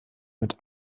mit